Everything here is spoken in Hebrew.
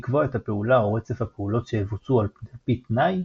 לקבוע את הפעולה או רצף הפעולות שיבוצעו ע"פ תנאי,